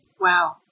Wow